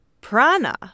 prana